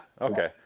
okay